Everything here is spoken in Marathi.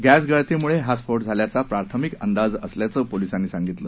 गद्यागळती मुळे हा स्फोट झाल्याचा प्राथमीक अंदाज असल्याचं पोलिसांनी सांगितलं